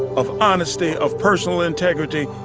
of honesty, of personal integrity,